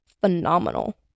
phenomenal